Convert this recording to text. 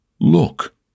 Look